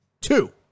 two